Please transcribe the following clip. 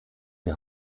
die